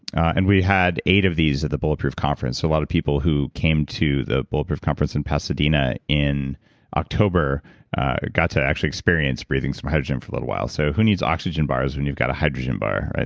and we had eight of these at the bulletproof conference, so a lot of people who came to the bulletproof conference in pasadena in october got to actually experience breathing some hydrogen for a little while, so who needs oxygen bars when you're got a hydrogen bar, right?